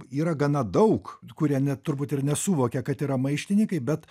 yra gana daug kurie ne turbūt ir nesuvokia kad yra maištininkai bet